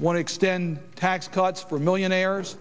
want to extend tax cuts for millionaires